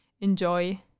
Enjoy